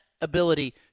ability